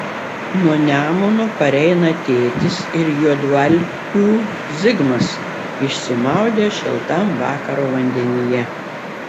nuo nemuno pareina tėtis ir juodvalkių zigmas išsimaudę šiltam vakaro vandenyje